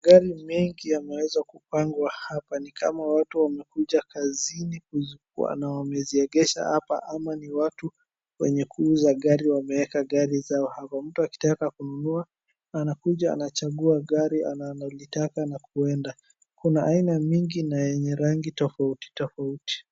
Magari mengi yameweza kupangwa hapa ni kama watu wamekuja kazini na wameziegesha hapa ama ni watu wenye kuuza gari wameweka gari zao hapa. Mtu akitaka kununua, anakuja anachagua gari analolitaka na kuenda. Kuna aina mingi na yenye rangi tofauti tofauti.